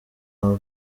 have